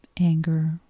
anger